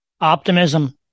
optimism